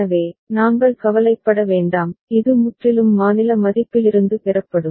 எனவே நாங்கள் கவலைப்பட வேண்டாம் இது முற்றிலும் மாநில மதிப்பிலிருந்து பெறப்படும்